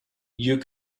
you